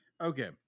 Okay